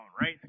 Right